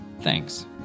Thanks